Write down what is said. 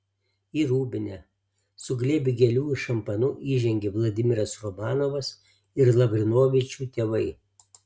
į rūbinę su glėbiu gėlių ir šampanu įžengė vladimiras romanovas ir lavrinovičių tėvai